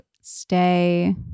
stay